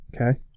okay